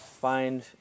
find